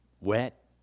wet